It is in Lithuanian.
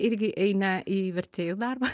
irgi eina į vertėjų darbą